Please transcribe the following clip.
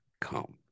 come